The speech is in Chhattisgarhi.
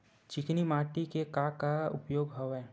चिकनी माटी के का का उपयोग हवय?